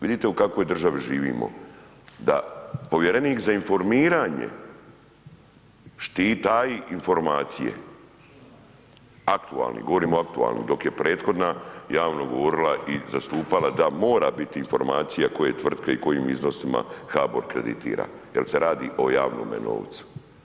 Vidite u kakvoj državi živimo da povjerenik za informiranje taji informacije, aktualni, govorim o aktualnom dok je prethodna javno govorila i zastupala da mora biti informacija koje tvrtke i kojim iznosima HBOR kreditira jer se radi o javnome novcu.